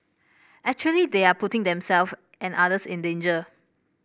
actually they are putting them self and others in danger